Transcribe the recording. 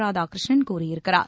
ராதாகிருஷ்ணன் கூறியிருக்கிறார்